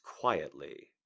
quietly